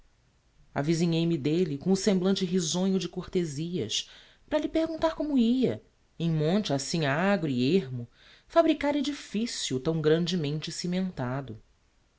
alcunha avisinhei me d'elle com o semblante risonho de cortezias para lhe perguntar como ia em monte assim agro e ermo fabricar edificio tão grandemente cimentado